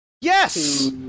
Yes